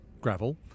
gravel